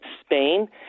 Spain